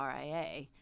RIA